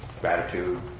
gratitude